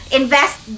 invest